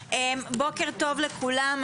בוקר טוב לכולם,